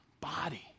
body